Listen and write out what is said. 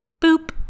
Boop